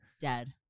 Dead